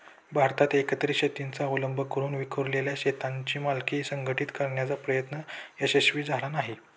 भारतात एकत्रित शेतीचा अवलंब करून विखुरलेल्या शेतांची मालकी संघटित करण्याचा प्रयत्न यशस्वी झाला नाही